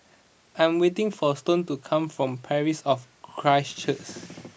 I'm waiting for Stone to come from Parish of Christ Church